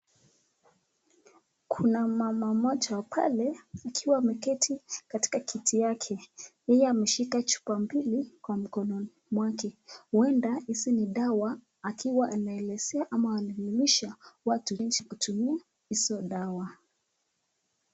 Kuna mama moja pale akiwa ameketi katika kiti yake yeye emeshika chupa mbili, kwa mkono mwake huenda hizi ni dawa akiwa anaelezea ama anamjulilisha watu ili waweze kutumia hizo dawa.